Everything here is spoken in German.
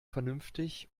vernünftig